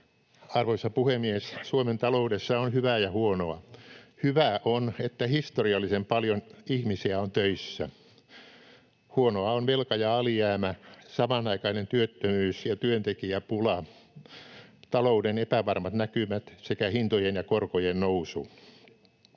Arvoisa puhemies! Suomen taloudessa on hyvää ja huonoa. Hyvää on, että historiallisen paljon ihmisiä on töissä. Huonoa ovat velka ja alijäämä, samanaikainen työttömyys ja työntekijäpula, talouden epävarmat näkymät sekä hintojen ja korkojen nousu.